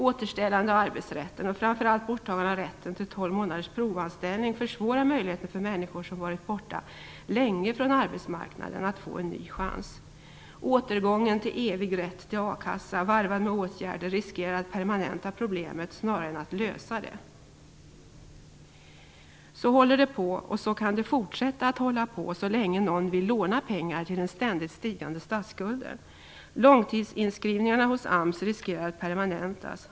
Återställandet av arbetsrätten och framför allt borttagandet av rätten till tolv månaders provanställning försvårar möjligheterna för människor som varit borta länge från arbetsmarknaden att få en ny chans. Återgången till evig rätt till akassa varvad med åtgärder riskerar att permanenta problemet snarare än att lösa det. Så håller det på, och så kan det fortsätta att hålla på så länge någon vill låna pengar till den ständigt stigande statsskulden. Långtidsinskrivningarna hos AMS riskerar att permanentas.